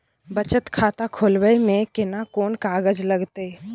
बचत खाता खोलबै में केना कोन कागज लागतै?